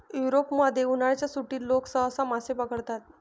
युरोपमध्ये, उन्हाळ्याच्या सुट्टीत लोक सहसा मासे पकडतात